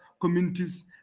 communities